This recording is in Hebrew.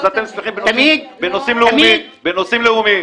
אז אתם צריכים בנושאים לאומים --- תמיד?